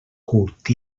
curt